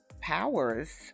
powers